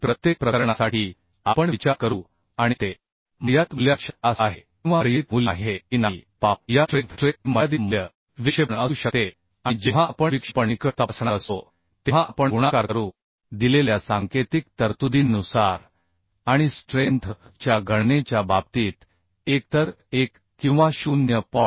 प्रत्येक प्रकरणासाठी आपण विचार करू आणि ते मर्यादित मूल्यापेक्षा जास्त आहे किंवा मर्यादित मूल्य नाहीआहे की नाही ते पाहू या स्ट्रेंथ स्ट्रेस चे मर्यादित मूल्य विक्षेपण असू शकते आणि जेव्हा आपण विक्षेपण निकष तपासणार असतो तेव्हा आपण गुणाकार करू दिलेल्या सांकेतिक तरतुदींनुसार आणि स्ट्रेंथ च्या गणनेच्या बाबतीत एकतर 1 किंवा 0